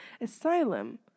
Asylum